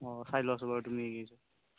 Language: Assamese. অঁ চাই লোৱাচোন বাৰু তুমি এই কেইযোৰ